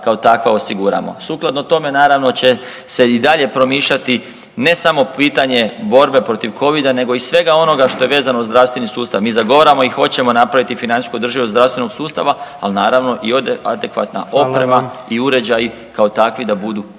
kao takva osiguramo. Sukladno tome naravno će se i dalje promišljati ne samo pitanje borbe protiv COVID-a nego i svega onoga što je vezano za zdravstveni sustav. Mi zagovaramo i hoćemo napraviti financijsku održivost zdravstvenog sustava, ali naravno i ode adekvatna oprema i uređaji kao takvi da budu